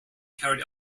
carried